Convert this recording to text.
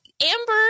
Amber